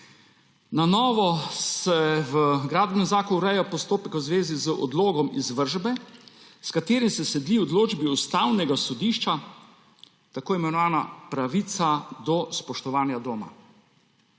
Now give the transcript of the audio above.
Na novo se v gradbenem zakonu ureja postopek v zvezi z odlogom izvršbe, s katerim se sledi odločbi Ustavnega sodišča, tako imenovana pravica do spoštovanja doma.